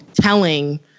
telling